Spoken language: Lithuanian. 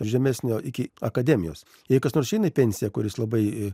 žemesnio iki akademijos jai kas nors išeina į pensiją kuris labai